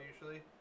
usually